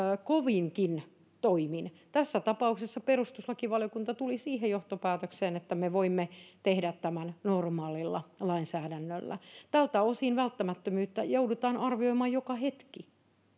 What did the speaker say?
kovinkin toimin tässä tapauksessa perustuslakivaliokunta tuli siihen johtopäätökseen että me voimme tehdä tämän normaalilla lainsäädännöllä tältä osin välttämättömyyttä joudutaan arvioimaan joka hetki